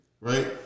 right